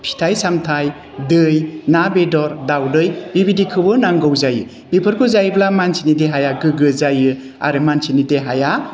फिथाइ सामथाय दै ना बेदर दावदै बेबायदिखौबो नांगौ जायो बेफोरखौ जायोब्ला मानसिनि देहाया गोग्गो जायो आरो मानसिनि देहाया